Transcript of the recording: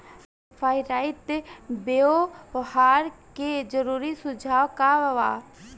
Pyrite व्यवहार के जरूरी सुझाव का वा?